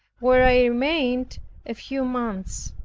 where i remained a few months.